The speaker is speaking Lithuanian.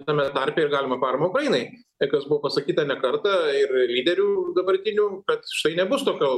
tame tarpe ir galimą paramą ukrainai tai kas buvo pasakyta ne kartą ir lyderių dabartinių kad nebus tokio